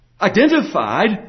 identified